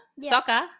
Soccer